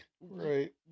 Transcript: Right